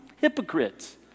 hypocrites